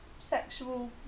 sexual